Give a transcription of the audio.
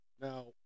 Now